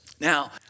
Now